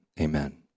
Amen